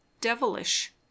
devilish